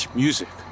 music